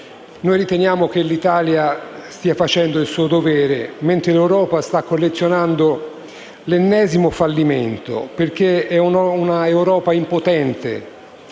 riteniamo che l'Italia stia facendo il suo dovere mentre l'Europa stia collezionando l'ennesimo fallimento perché è un'Europa impotente,